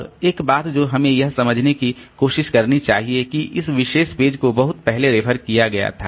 अब एक बात जो हमें यह समझने की कोशिश करनी चाहिए कि इस विशेष पेज को बहुत पहले रेफर किया गया था